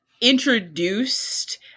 introduced